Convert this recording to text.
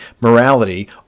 morality